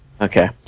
Okay